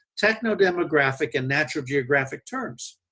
techno-demographic and natural geographic terms.